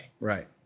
Right